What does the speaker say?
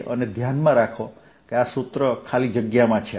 અને ધ્યાનમાં રાખો કે આ સૂત્ર ખાલી જગ્યામાં છે